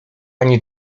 ani